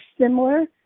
similar